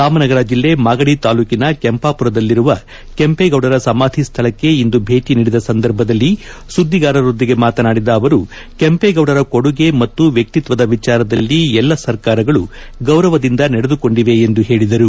ರಾಮನಗರ ಜಿಲ್ಲೆ ಮಾಗಡಿ ತಾಲೂಕಿನ ಕೆಂಪಾಪುರದಲ್ಲಿರುವ ಕೆಂಪೇಗೌಡರ ಸಮಾಧಿ ಸ್ಥಳಕ್ಕೆ ಇಂದು ಭೇಟ ನೀಡಿದ ಸಂದರ್ಭದಲ್ಲಿ ಸುದ್ದಿಗಾರರೊಂದಿಗೆ ಮಾತನಾಡಿದ ಅವರು ಕೆಂಪೇಗೌಡರ ಕೊಡುಗೆ ಮತ್ತು ವ್ವಿಕ್ತದ ವಿಚಾರದಲ್ಲಿ ಎಲ್ಲಾ ಸರ್ಕಾರಗಳು ಗೌರವದಿಂದ ನಡೆದುಕೊಂಡಿವೆ ಎಂದು ಹೇಳಿದರು